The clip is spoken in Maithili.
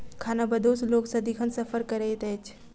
खानाबदोश लोक सदिखन सफर करैत अछि